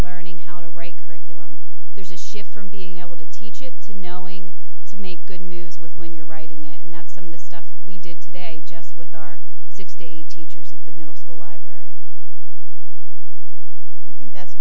learning how to write curriculum there's a shift from being able to teach it to knowing to make good moves with when you're writing it and that's some of the stuff we did today just with our sixty eight teachers at the middle school library i think that's